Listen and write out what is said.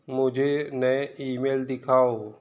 मुझे नए ईमेल दिखाओ